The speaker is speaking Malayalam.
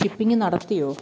ഷിപ്പിങ്ങ് നടത്തിയോ